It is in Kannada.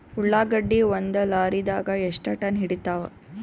ಉಳ್ಳಾಗಡ್ಡಿ ಒಂದ ಲಾರಿದಾಗ ಎಷ್ಟ ಟನ್ ಹಿಡಿತ್ತಾವ?